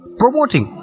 promoting